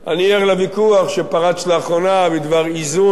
אני ער לוויכוח שפרץ לאחרונה בדבר איזון.